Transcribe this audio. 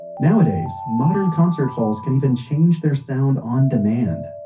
nowadays, modern concert halls can even change their sound on demand.